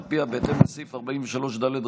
שעל פיה בהתאם לסעיף 43ד(ד)